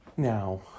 Now